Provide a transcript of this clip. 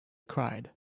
cried